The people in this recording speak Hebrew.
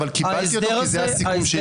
אבל קיבלתי אותו כי זה הסיכום שהגיעו אליו.